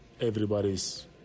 everybody's